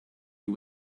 you